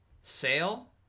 Sale